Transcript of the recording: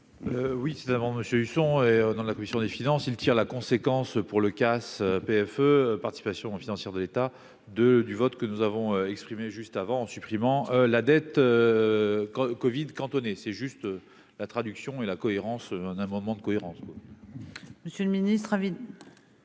Oui, c'était avant Monsieur Husson et dans la commission des finances, il tire la conséquence pour le CAS PFE participation financière de l'État de du vote que nous avons exprimée juste avant, en supprimant la dette quand Covid cantonné, c'est juste la traduction et la cohérence, un amendement de cohérence. Monsieur le ministre. Avis